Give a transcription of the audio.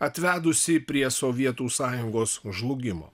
atvedusį prie sovietų sąjungos žlugimo